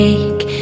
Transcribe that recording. Take